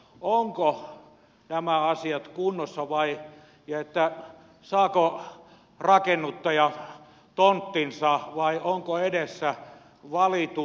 ovatko nämä asiat kunnossa ja saako rakennuttaja tonttinsa vai onko edessä valitusten ja pakkolunastusten tie